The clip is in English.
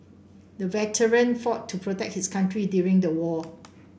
the veteran fought to protect his country during the war